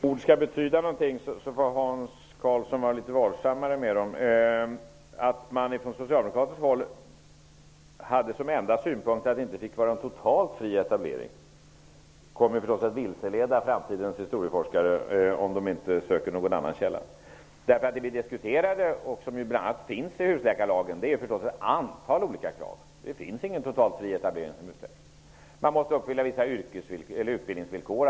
Herr talman! Om ord skall betyda någonting får Hans Karlsson vara litet varsammare med dem. Att säga att man från socialdemokratiskt håll som enda synpunkt hade att det inte fick vara en totalt fri etablering kommer förstås att vilseleda framtidens historieforskare, om de inte söker någon annan källa. Vi diskuterade i samband med husläkarlagen ett antal olika krav. Det finns ingen total etableringsfrihet. Man måste uppfylla vissa utbildningsvillkor.